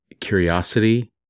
curiosity